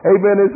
Amen